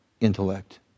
intellect